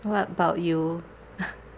what about you